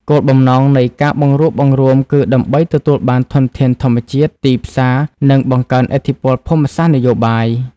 គោលបំណងនៃការបង្រួបបង្រួមគឺដើម្បីទទួលបានធនធានធម្មជាតិ ទីផ្សារ និងបង្កើនឥទ្ធិពលភូមិសាស្ត្រនយោបាយ។